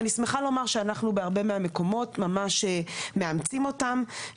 ואני שמחה לומר שאנחנו בהרבה מהמקומות ממש מאמצים אותם.